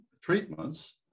treatments